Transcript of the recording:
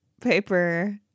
paper